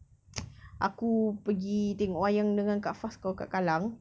aku pergi tengok wayang dengan kak faz kau kat kallang